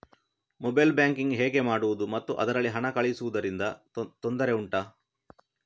mobile banking ಹೇಗೆ ಮಾಡುವುದು ಮತ್ತು ಅದರಲ್ಲಿ ಹಣ ಕಳುಹಿಸೂದರಿಂದ ತೊಂದರೆ ಉಂಟಾ